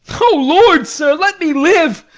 o lord, sir, let me live,